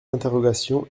interrogations